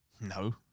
No